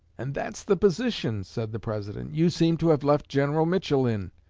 and that's the position said the president, you seem to have left general mitchell in.